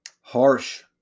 Harsh